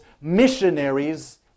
missionaries